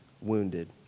wounded